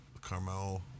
Carmel